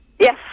Yes